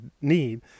need